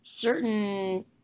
certain